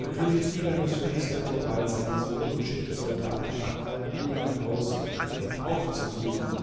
der könig tighanus vermißte aber bald seinen sohn und schickte soldaten nach allen wegen aus um ihn aufzusuchen